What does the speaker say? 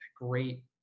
great